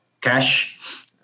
cash